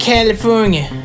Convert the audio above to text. California